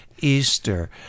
Easter